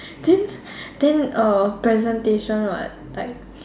then then uh presentation what like